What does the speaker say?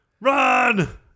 run